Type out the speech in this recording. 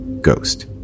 ghost